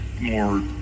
more